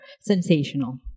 sensational